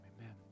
Amen